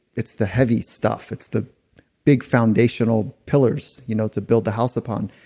it's the heavy stuff. it's the big foundational pillars you know to build the house upon.